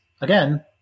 again